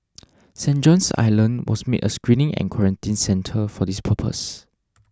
Saint John's Island was made a screening and quarantine centre for this purpose